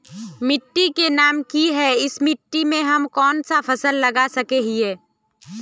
मिट्टी के नाम की है इस मिट्टी में हम कोन सा फसल लगा सके हिय?